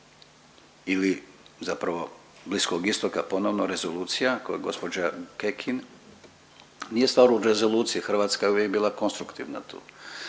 ili zapravo Bliskog istoka, ponovno rezolucija kojeg gospođa Kekin. Nije stvar u rezoluciji, Hrvatska je uvijek bila konstruktivna tu.